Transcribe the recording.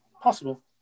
Possible